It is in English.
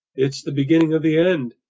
it's the beginning of the end!